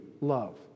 love